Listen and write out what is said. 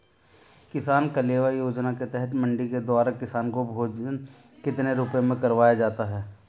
किसान कलेवा योजना के तहत मंडी के द्वारा किसान को भोजन कितने रुपए में करवाया जाता है?